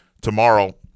tomorrow